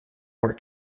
were